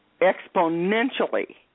exponentially